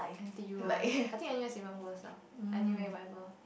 N_T_U one I think N_U_S even worst ah anyway whatever